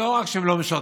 שלא רק שהם לא משרתים,